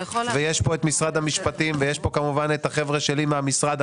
ויש פה את משרד המשפטים ויש פה כמובן את החבר'ה שלי מהמשרד,